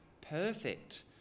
perfect